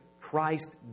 Christ